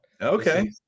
Okay